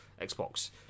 xbox